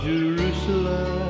Jerusalem